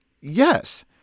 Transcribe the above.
yes